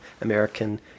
American